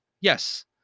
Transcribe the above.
Yes